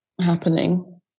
happening